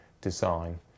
design